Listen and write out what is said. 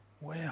Wow